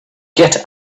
get